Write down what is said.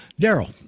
Daryl